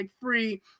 free